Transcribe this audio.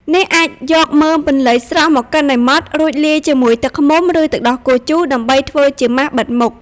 អ្នកអាចយកមើមពន្លៃស្រស់មកកិនឲ្យម៉ដ្ឋ រួចលាយជាមួយទឹកឃ្មុំ ឬទឹកដោះគោជូរដើម្បីធ្វើជាម៉ាសបិទមុខ។